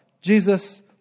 Jesus